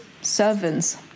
servants